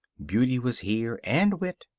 beauty was here, and wit.